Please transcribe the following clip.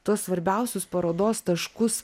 tos svarbiausius parodos taškus